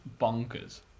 bonkers